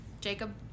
Jacob